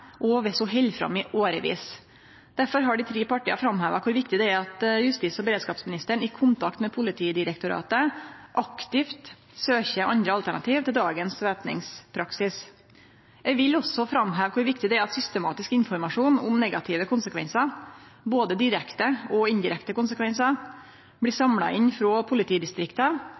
held fram i årevis. Derfor har dei tre partia framheva kor viktig det er at justis- og beredskapsministeren i kontakt med Politidirektoratet aktivt søkjer andre alternativ til dagens væpningspraksis. Eg vil også framheve kor viktig det er at systematisk informasjon om negative konsekvensar, både direkte og indirekte konsekvensar, blir samla inn frå politidistrikta